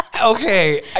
Okay